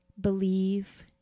believe